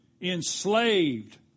enslaved